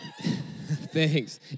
thanks